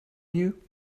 you